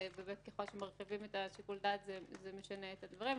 וככל שמרחיבים את שיקול הדעת זה משנה את הדברים.